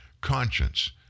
conscience